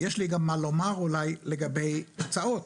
יש לי גם מה לומר אולי לגבי הוצאות.